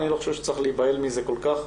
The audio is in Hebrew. אני לא חושב שצריך להיבהל מזה כל כך.